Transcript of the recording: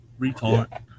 Retard